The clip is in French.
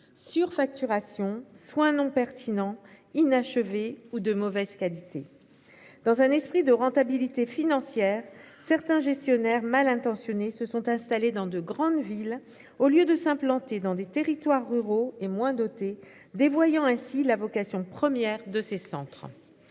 Surfacturation soins non pertinents inachevé ou de mauvaise qualité. Dans un esprit de rentabilité financière certains gestionnaires mal intentionnés se sont installés dans de grandes villes. Au lieu de s'implanter dans des territoires ruraux et moins dotés dévoyant ainsi la vocation. Première de ces centres.